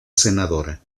senadora